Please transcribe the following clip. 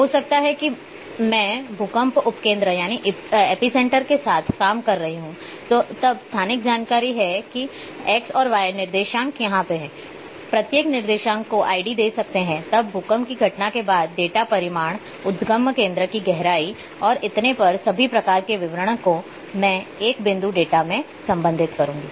हो सकता है कि मैं भूकंप उपकेंद्र के साथ काम करें तब स्थानिक जानकारी है कि X Y निर्देशांक यहां हैं I प्रत्येक निर्देशांक को आईडी दे सकते हैं तब भूकंप की घटना के बाद डेटा परिमाण उद्गम केन्द्र की गहराई और इतने पर सभी प्रकार के विवरण को मैं एक बिंदु डाटा से संबंधित करूंगी